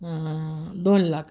दोन लाख